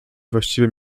właściwie